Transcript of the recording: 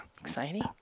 Exciting